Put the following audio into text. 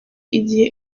igihe